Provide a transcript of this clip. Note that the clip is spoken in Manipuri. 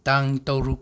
ꯇꯥꯡ ꯇꯔꯨꯛ